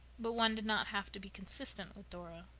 but one did not have to be consistent with dora.